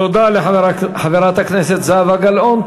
תודה לחברת הכנסת זהבה גלאון.